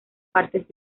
partes